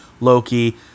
Loki